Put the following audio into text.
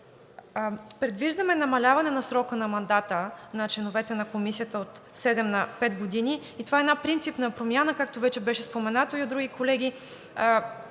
Предвиждаме намаляване на срока на мандата на членовете на Комисията от седем на пет години и това е една принципна промяна, както вече беше споменато и от други колеги.